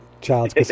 Child's